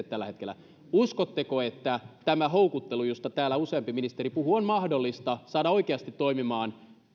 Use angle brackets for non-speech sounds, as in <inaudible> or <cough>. <unintelligible> tällä hetkellä uskotteko että tämä houkuttelu josta täällä useampi ministeri puhui on mahdollista saada oikeasti toimimaan